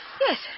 Yes